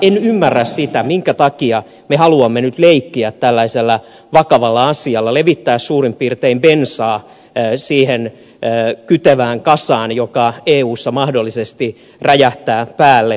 en ymmärrä sitä minkä takia me haluamme nyt leikkiä tällaisella vakavalla asialla levittää suurin piirtein bensaa siihen kytevään kasaan joka eussa mahdollisesti räjähtää päälle